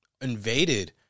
invaded